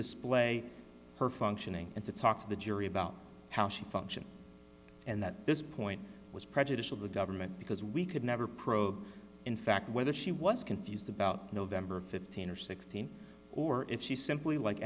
display her functioning and to talk to the jury about how she function and that this point was prejudicial the government because we could never probe in fact whether she was confused about november of fifteen or sixteen or if she simply like